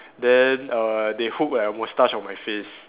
then err they hook like a mustache on my face